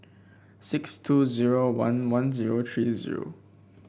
six two zero one one zero three zero